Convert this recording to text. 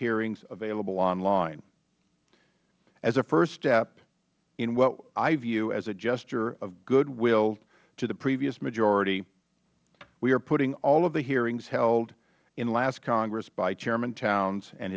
hearings available online as a first step and in what i view as a gesture of goodwill to the previous majority we are putting all of the hearings held in the last congress by chairman towns and